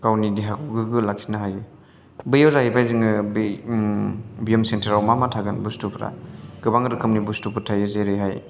गावनि देहाखौ गोग्गो लाखिनो हायो बैयाव जाहैबाय बै ब्याम सेन्टोर आव मा मा थागोन बुस्थुफोरा गोबां रोखोमनि बुस्थुफोर थायो जेरैहाय